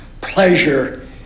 pleasure